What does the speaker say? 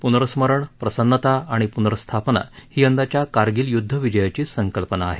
पूनर्स्मरण प्रसन्नता आणि पूनर्स्थापना ही यंदाच्या कारगिल युद्ध विजय दिवसाची संकल्पना आहे